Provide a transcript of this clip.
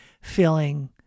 feeling